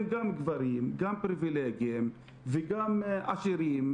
הם גם גברים, גם פריבילגים וגם אחרים.